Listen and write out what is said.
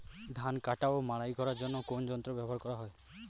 ধান কাটা ও মাড়াই করার জন্য কোন যন্ত্র ব্যবহার করা হয়?